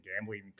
gambling